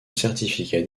certificat